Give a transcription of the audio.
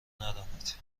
ندانید